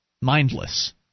Mindless